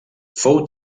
fou